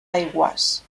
aigües